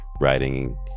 writing